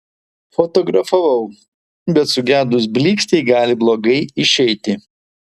fotografavau bet sugedus blykstei gali blogai išeiti